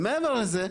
ומעבר לזה,